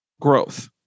growth